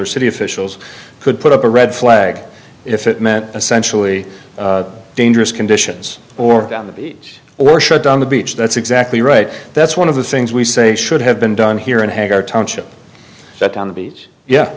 or city officials could put up a red flag if it meant essentially dangerous conditions or down the beach or shut down the beach that's exactly right that's one of the things we say should have been done here in a hangar township that on the beach yeah